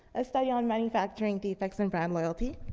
a study on manufacturing defects and brand loyalty,